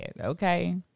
okay